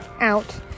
out